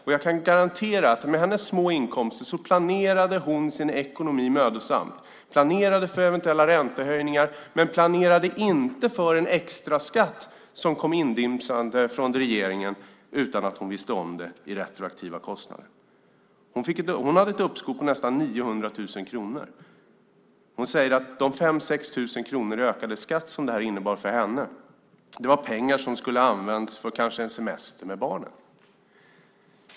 Och jag kan garantera att med hennes små inkomster planerade hon sin ekonomi mödosamt. Hon planerade för eventuella räntehöjningar, men planerade inte för en extra skatt, som kom neddimpande från regeringen utan att hon visste om det, som retroaktiv kostnad. Hon hade ett uppskov på nästan 900 000 kronor. Hon säger att de 5 000-6 000 kronor i ökad skatt som det innebar för henne var pengar som kanske skulle ha använts för en semester med barnen.